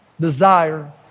desire